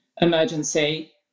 emergency